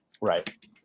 Right